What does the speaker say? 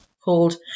called